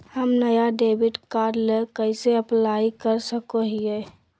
हम नया debit card ला कइसे अप्लाई कर सको हियै?